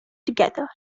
together